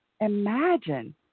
imagine